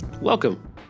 Welcome